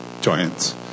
giants